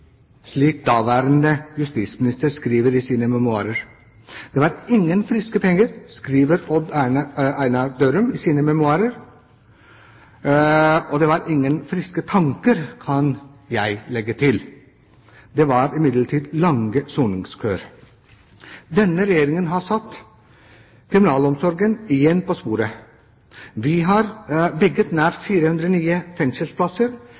slik den daværende justisministeren skriver i sine memoarer. Det var ingen friske penger, skriver Odd Einar Dørum i sine memoarer. Det var ingen friske tanker – kan jeg legge til. Det var imidlertid lange soningskøer. Denne regjeringen har igjen satt kriminalomsorgen på kartet. Vi har bygget nær 400 nye fengselsplasser,